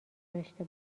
داشته